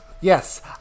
Yes